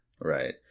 right